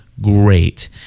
great